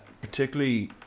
Particularly